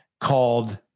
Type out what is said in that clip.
called